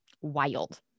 Wild